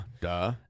duh